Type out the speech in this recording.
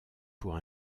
pour